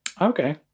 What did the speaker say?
Okay